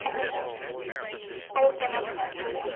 okay okay ma'am thank you